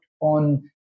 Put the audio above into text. on